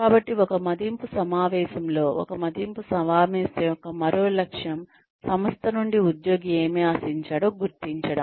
కాబట్టి ఒక మదింపు సమావేశంలో ఒక మదింపు సమావేశం యొక్క మరో లక్ష్యం సంస్థ నుండి ఉద్యోగి ఏమి ఆశించాడో గుర్తించడం